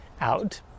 out